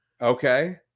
Okay